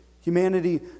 Humanity